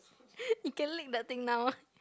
you can lick the thing now